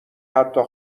حتی